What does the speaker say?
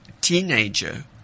Teenager